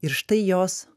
ir štai jos